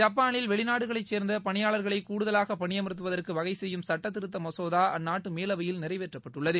ஜப்பானில் வெளிநாடுகளைச் சேர்ந்த பணியாளர்களை கூடுதலாக பணியமர்த்துவதற்கு வகை செய்யும் சட்டத்திருத்த மசோதா அந்நாட்டு மேலவையில் நிறைவேற்றப்பட்டுள்ளது